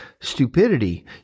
stupidity